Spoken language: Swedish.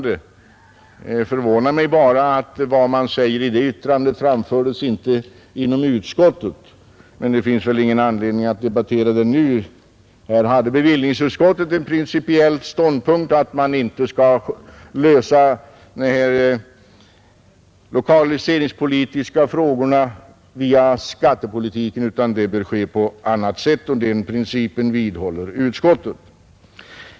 Det förvånar mig bara att vad man säger i det yttrandet inte framfördes inom utskottet, men det finns ingen anledning att debattera det nu, Här hade bevillningsutskottet en principiell ståndpunkt att man inte skall lösa lokaliseringspolitiska frågor via skattepolitiken utan att det bör ske på annat sätt. Den principen vidhåller utskottet.